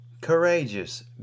courageous